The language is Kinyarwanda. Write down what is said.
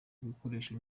ibikoresho